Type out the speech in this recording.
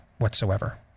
whatsoever